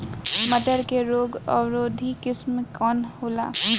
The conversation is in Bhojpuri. मटर के रोग अवरोधी किस्म कौन होला?